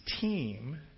team